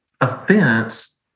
offense